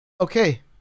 okay